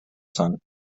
son